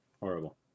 Horrible